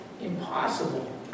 impossible